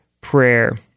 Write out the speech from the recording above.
prayer